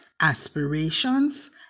aspirations